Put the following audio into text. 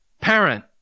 parent